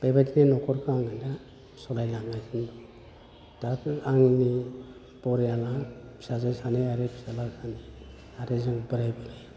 बेबायदिनो नख'रखौ आङो दा सलायनांगासिनो दं दाबो आंनि फरियाला फिसाजो सानै आरो फिसाला सानै आरो जों बोराइ बुरि